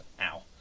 Ow